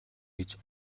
гэж